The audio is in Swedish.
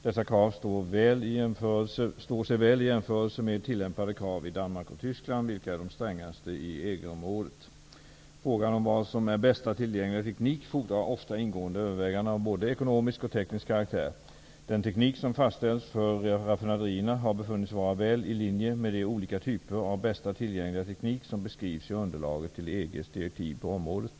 Dessa krav står sig väl i jämförelse med tillämpade krav i Danmark och Tyskland, vilka är de strängaste i EG Frågan om vad som är bästa tillgängliga teknik fordrar ofta ingående överväganden av både ekonomisk och teknisk karaktär. Den teknik som fastställts för raffinaderierna har befunnits vara väl i linje med de olika typer av bästa tillgängliga teknik som beskrivs i underlaget till EG:s direktiv på området.